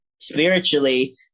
spiritually